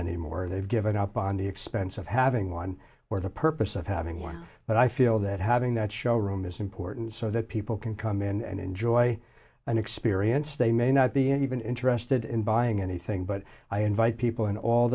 anymore they've given up on the expense of having one for the purpose of having one but i feel that having that showroom is important so that people can come in and enjoy an experience they may not be even interested in buying anything but i invite people in all